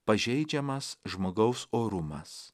pažeidžiamas žmogaus orumas